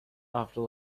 after